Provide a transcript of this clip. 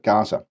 Gaza